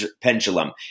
pendulum